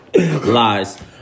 lies